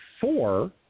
four